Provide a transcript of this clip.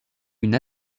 une